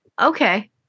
Okay